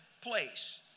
place